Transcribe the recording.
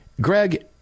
Greg